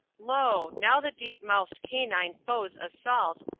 lo! now the deep-mouthed canine foe's assault,